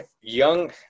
young